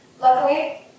Luckily